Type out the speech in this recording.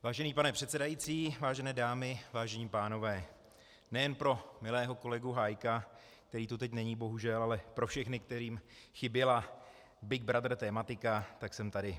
Vážený pane předsedající, vážené dámy, vážení pánové, nejen pro milého kolegu Hájka, který tu teď není bohužel, ale pro všechny, kterým chyběla Big Brother tematika, tak jsem tady.